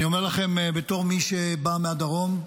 אני אומר לכם בתור מי שבא מהדרום,